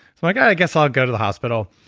so like i guess i'll go to the hospital.